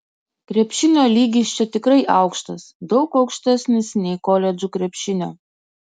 krepšinio lygis čia tikrai aukštas daug aukštesnis nei koledžų krepšinio